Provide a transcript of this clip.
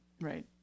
Right